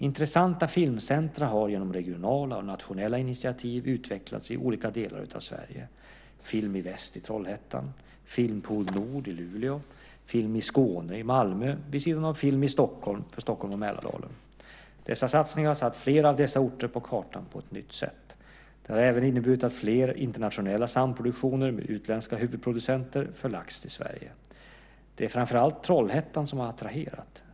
Intressanta filmcentrum har genom regionala och nationella initiativ utvecklats i olika delar av Sverige: Film i Väst i Trollhättan, Filmpool Nord i Luleå och Film i Skåne i Malmö vid sidan av Film i Stockholm för Stockholm och Mälardalen. Dessa satsningar har satt flera av dessa orter på kartan på ett nytt sätt. De har även inneburit att fler internationella samproduktioner med utländska huvudproducenter förlagts till Sverige. Det är framför allt Trollhättan som har attraherat.